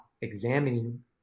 examining